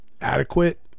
adequate